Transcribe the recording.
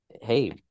Hey